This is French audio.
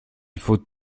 faut